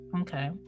Okay